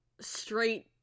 straight